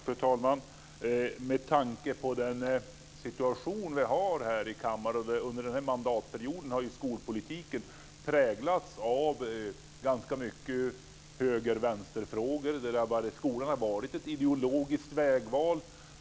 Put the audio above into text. Fru talman! Jag vill anknyta till den situation vi har i kammaren. Under den här mandatperioden har skolpolitiken präglats av ganska många höger-vänster-frågor. Skolan har varit ett ideologiskt vägval.